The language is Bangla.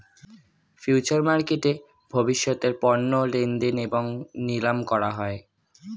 ফিউচার মার্কেটে ভবিষ্যতের পণ্য লেনদেন এবং নিলাম করা হয়